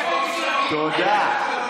תודה, תודה.